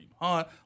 Hunt